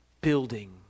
building